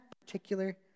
particular